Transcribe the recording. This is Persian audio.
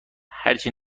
هرچی